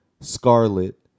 scarlet